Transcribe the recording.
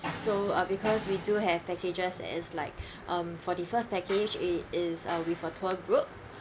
so uh because we do have packages as like um for the first package it is uh with the tour group